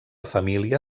família